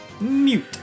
Mute